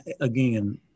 again